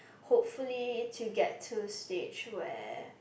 hopefully to get to stage where